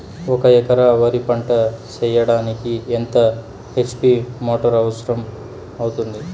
ఒక ఎకరా వరి పంట చెయ్యడానికి ఎంత హెచ్.పి మోటారు అవసరం అవుతుంది?